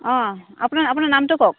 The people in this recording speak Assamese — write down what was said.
অঁ আপোনাৰ আপোনাৰ নামটো কওক